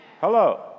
Hello